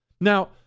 Now